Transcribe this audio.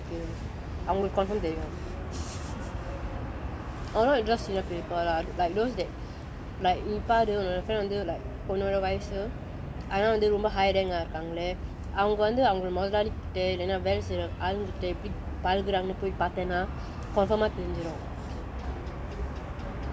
ஒனக்கு:onakku china friends நெறைய பேர் இருபாங்கல்ல அவங்க கிட்ட போய் கேளு:neraya per irupaangalla avanga kitta poai kelu I will confirm tell you or just scissor paper lah like don't they like நீ பாரு ஒன்னோட:nee paaru onnoda friend வந்து:vanthu like ஒன்னோட வயசு ஆனா வந்து ரொம்ப:onnoda vayasu aana vanthu romba higher rank ah இருக்காங்களே அவங்க வந்து அவங்கட மொதலாளிக்கிட்ட இல்லனா வேல செய்ற ஆளுங்க கிட்ட எப்படி பலகுராங்கனு போய் பார்த்தனா:irukkangale avanga vanthu avangada modalaalikkitta illana vela seyra aalunga kitta eppadi palakuraanganu poai paarthana confirm ah தெரிஞ்சிரும:therinjirum